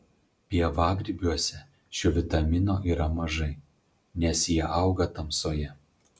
pievagrybiuose šio vitamino yra mažai nes jie auga tamsoje